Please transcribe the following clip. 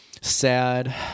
Sad